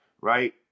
right